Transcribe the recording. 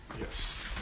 yes